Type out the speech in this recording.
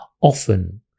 often